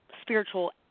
spiritual